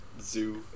zoo